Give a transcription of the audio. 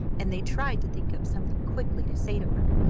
and they tried to think up something quickly to say to her,